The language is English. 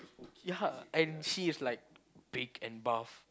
ya and she is like big and buff